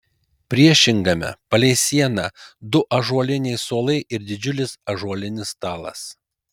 priešingame palei sieną du ąžuoliniai suolai ir didžiulis ąžuolinis stalas